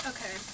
Okay